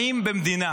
האם במדינה